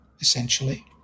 essentially